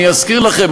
אזכיר לכם,